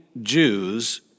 Jews